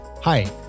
Hi